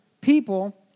people